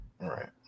right